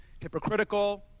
hypocritical